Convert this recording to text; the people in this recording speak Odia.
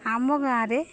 ଆମ ଗାଁରେ